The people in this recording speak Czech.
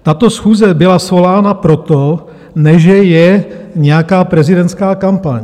Tato schůze byla svolána proto, ne že je nějaká prezidentská kampaň.